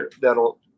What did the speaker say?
that'll